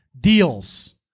deals